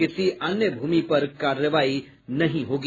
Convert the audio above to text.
किसी अन्य भूमि पर कार्रवाई नहीं होगी